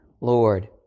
Lord